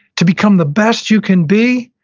to become the best you can be,